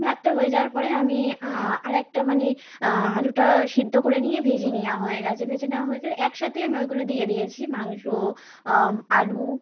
ভাতটা হয়ে যাওয়ার পরে আমি আরেকটা মানে আলুটা সিদ্ধ করে নিয়ে ভেজে নেওয়া হয়ে গেছে ভেজে নেওয়া হয়ে গেলে একসাথেই আমি ওইগুলো দিয়ে দিয়েছি মাংস আলু